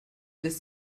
lässt